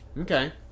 Okay